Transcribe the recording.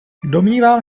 domnívám